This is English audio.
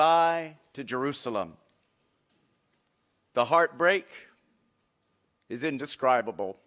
mumbai to jerusalem the heartbreak is indescribable